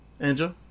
Angel